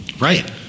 Right